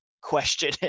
question